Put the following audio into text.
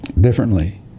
differently